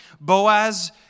Boaz